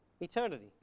Eternity